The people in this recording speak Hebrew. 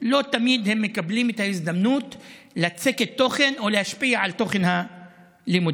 לא תמיד הם מקבלים את ההזדמנות לצקת תוכן או להשפיע על תוכן הלימודים.